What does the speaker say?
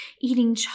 eating